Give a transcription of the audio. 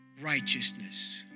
righteousness